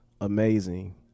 amazing